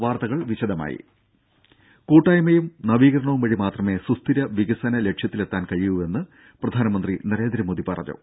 വാർത്തകൾ വിശദമായി കൂട്ടായ്മയും നവീകരണവും വഴി മാത്രമേ സുസ്ഥിര വികസന ലക്ഷ്യത്തിലെത്താൻ കഴിയൂവെന്ന് പ്രധാനമന്ത്രി നരേന്ദ്രമോദി പറഞ്ഞു